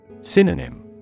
Synonym